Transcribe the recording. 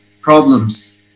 problems